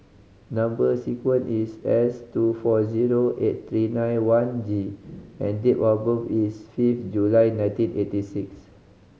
number sequence is S two four zero eight three nine one G and date of birth is fifth July nineteen eighty six